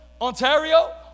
Ontario